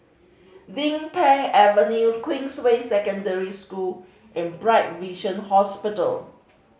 Din Pang Avenue Queensway Secondary School and Bright Vision Hospital